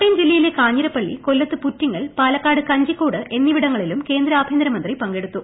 കോട്ടയം ജില്ലയിലെ കാഞ്ഞിരപ്പള്ളി കൊല്ലത്ത് പുറ്റിങ്ങൽ പാലക്കാട് കഞ്ചിക്കോട് എന്നിപ്പിടങ്ങളിലും കേന്ദ്ര ആഭ്യന്തരമന്ത്രി പങ്കെടുത്തു